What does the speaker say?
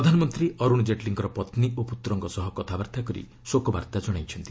ପ୍ରଧାନମନ୍ତ୍ରୀ' ଅରୁଣ ଜେଟଲୀଙ୍କ ପତ୍ନୀ ଓ ପୁତ୍ରଙ୍କ ସହ କଥାବାର୍ତ୍ତା କରି ଶୋକବାର୍ତ୍ତା ଜଣାଇଛନ୍ତି